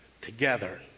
together